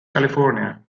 california